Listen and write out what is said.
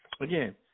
Again